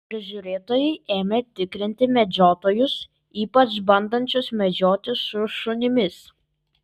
prižiūrėtojai ėmė tikrinti medžiotojus ypač bandančius medžioti su šunimis